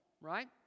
right